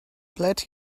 glad